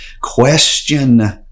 question